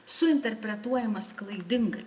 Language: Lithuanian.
suinterpretuojamas klaidingai